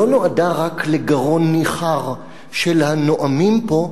לא נועדה רק לגרון ניחר של הנואמים פה,